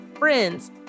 friends